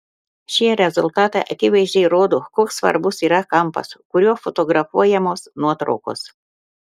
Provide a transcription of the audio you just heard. šie rezultatai akivaizdžiai rodo koks svarbus yra kampas kuriuo fotografuojamos nuotraukos